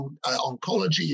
oncology